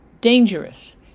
dangerous